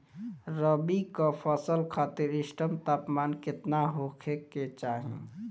रबी क फसल खातिर इष्टतम तापमान केतना होखे के चाही?